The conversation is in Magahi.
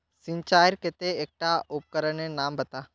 सिंचाईर केते एकटा उपकरनेर नाम बता?